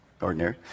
ordinary